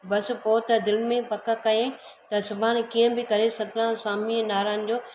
बसि पोइ त दिलि में पक कईं त सुभाणे कींअ बि करे सतनाम स्वामी नारायण जो